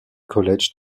college